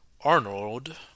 Arnold